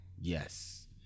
Yes